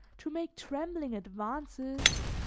to make trembling advances,